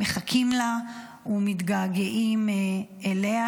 מחכים לה ומתגעגעים אליה